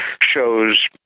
shows